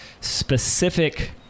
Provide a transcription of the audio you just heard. specific